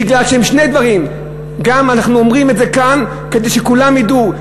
בגלל שני דברים: גם אנחנו אומרים את זה כאן כדי שכולם ידעו,